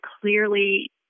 clearly